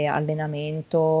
allenamento